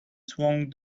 swung